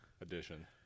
edition